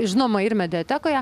žinoma ir mediatekoje